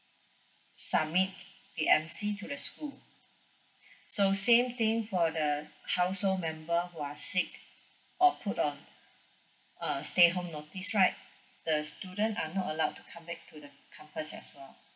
submit the M_C to the school so same thing for the household member who are sick or put on err stay home notice right the student are not allowed to come back to the campus as well